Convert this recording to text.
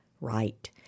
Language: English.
right